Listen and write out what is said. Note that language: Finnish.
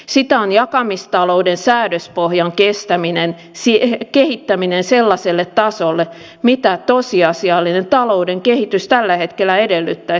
sitä on jakamistalouden säädöspohjan kehittäminen sellaiselle tasolle mitä tosiasiallinen talouden kehitys tällä hetkellä edellyttäisi